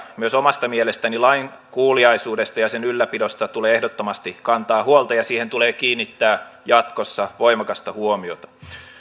myös omasta mielestäni lainkuuliaisuudesta ja sen ylläpidosta tulee ehdottomasti kantaa huolta ja siihen tulee kiinnittää jatkossa voimakasta huomiota